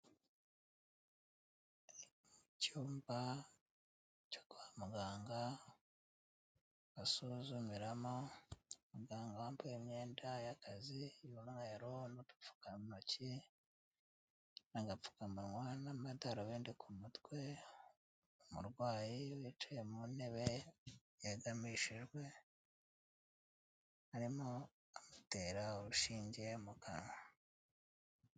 Mu cyumba cyo kwa muganga basuzumiramo, umuganga wambaye imyenda y'akazi y'umweru n'udupfukantoki, agapfukamunwa n'amadarubindi ku mutwe, umurwayi yicaye mu ntebe yegamishijwe, arimo amutera urushinge mu kanwa.